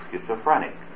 schizophrenic